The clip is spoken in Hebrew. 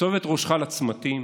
סובב את ראשך לצמתים.